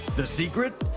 the secret?